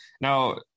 Now